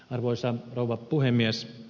arvoisa rouva puhemies